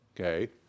Okay